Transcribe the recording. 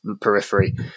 periphery